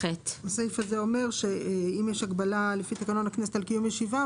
הסעיף הזה אומר שאם יש הגבלה לפי תקנון הכנסת על קיום ישיבה,